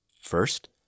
First